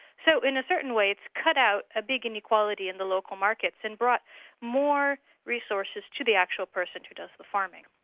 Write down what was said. so in a certain way, it's cut out a big inequality in the local markets and brought more resources to the actual person who does the farming.